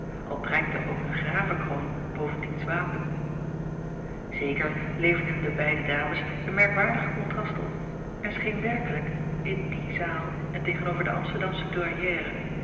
al prijkte ook een gravekroon boven diens wapen eker leverden de beide dames een merkwaardig kontrast op en scheen werkelijk in die zaal en tegen-over de msterdamsche